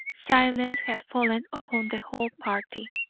silence had fallen upon the whole party.